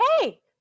hey